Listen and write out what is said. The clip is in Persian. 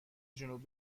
جنوب